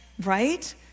right